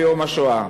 ביום השואה.